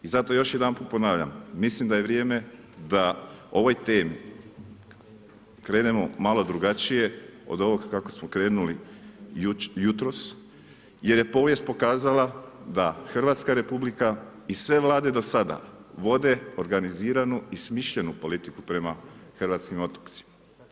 I zato još jedanput ponavljam, mislim da je vrijeme da o ovoj temi krenemo malo drugačije od ovog kako smo krenuli jutros jer je povijest pokazala da Hrvatska republika i sve vlade do sada vode organiziranu i smišljenu politiku prema hrvatskim otocima.